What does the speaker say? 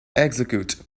execute